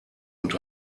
und